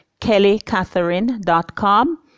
kellycatherine.com